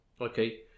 okay